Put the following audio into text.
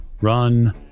run